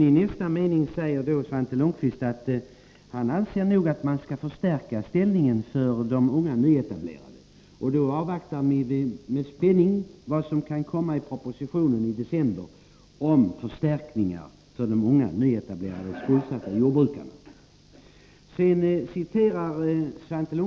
I nästa mening säger Svante Lundkvist att han anser att man skall förstärka ställningen för de unga nyetablerade jordbrukarna. Vi avvaktar med spänning vilka förslag som kan komma i propositionen i december om förstärkningar för de unga nyetablerade svenska jordbrukarna. Svante Lundkvist citerar gärna LRF.